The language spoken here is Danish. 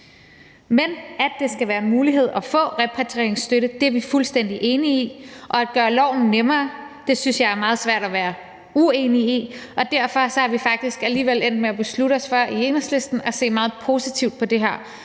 Men at det skal være en mulighed at få repatrieringsstøtte, er vi fuldstændig enige i, og at gøre loven nemmere synes jeg det er meget svært at være uenig i, og derfor er vi i Enhedslisten faktisk alligevel endt med at beslutte os for at se meget positivt på det her